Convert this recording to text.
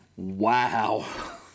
Wow